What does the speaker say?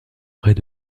près